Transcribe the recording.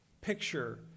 picture